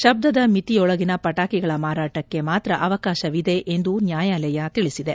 ಶಬ್ದದ ಮಿತಿಯೊಳಗಿನ ಪಟಾಕಿಗಳ ಮಾರಟಕ್ಕೆ ಮಾತ್ರ ಅವಕಾಶವಿದೆ ಎಂದೂ ನ್ನಾಯಾಲಯ ತಿಳಿಸಿದೆ